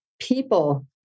People